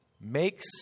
makes